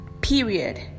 period